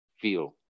feel